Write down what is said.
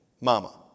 Mama